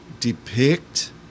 depict